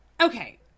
Okay